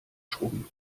schrubben